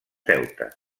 deutes